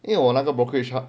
因为我那个 brokerage hub